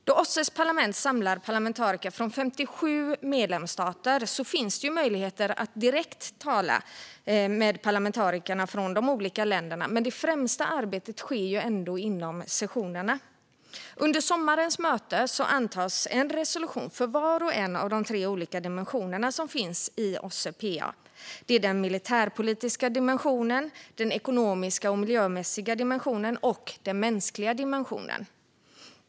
Då OSSE:s parlament samlar parlamentariker från 57 medlemsstater finns det möjligheter att tala direkt med parlamentariker från de olika länderna, men det främsta arbetet sker ändå under sessionerna. Under sommarens möte antas en resolution för var och en av de tre dimensioner som finns i OSSE-PA. De är den militärpolitiska dimensionen, den ekonomiska och miljömässiga dimensionen och den mänskliga dimensionen.